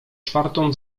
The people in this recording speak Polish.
czwartą